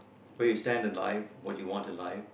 where you stand in life what you want in life